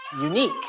unique